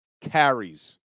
carries